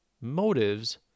motives